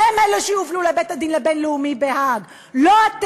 הם אלה שיובלו לבית-הדין הבין-לאומי בהאג,